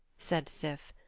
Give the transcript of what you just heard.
said sif,